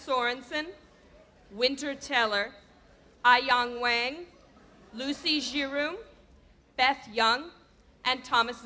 sorenson winter taylor i young when lucy sheer room beth young and thomas